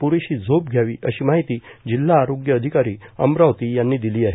प्रेशी झोप घ्यावी अशी माहिती जिल्हा आरोग्य अधिकारी अमरावती यांनी दिली आहे